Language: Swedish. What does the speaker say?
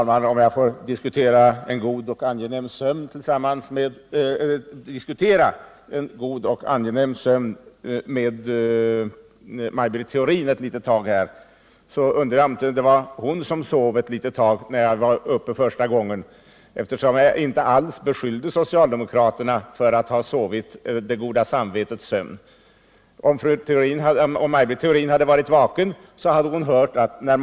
Herr talman! Om jag får diskutera en god och angenäm sömn med Maj Britt Theorin ett litet tag, undrar jag om det inte var hon som sov en stund när jag var uppe i talarstolen första gången. Jag beskyllde nämligen inte alls socialdemokraterna för att ha sovit det goda samvetets sömn. Om Maj Britt Theorin hade varit vaken, hade hon hört vad jag sade.